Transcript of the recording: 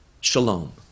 Shalom